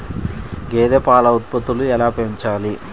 గేదె పాల ఉత్పత్తులు ఎలా పెంచాలి?